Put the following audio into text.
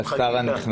ברכות לשר הנכנס.